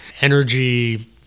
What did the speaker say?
energy